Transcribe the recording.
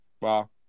Wow